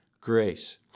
grace